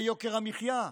ביוקר המחיה,